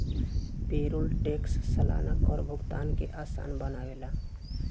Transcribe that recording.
payroll tax सलाना कर भुगतान के आसान बनावेला